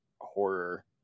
horror